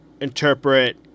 interpret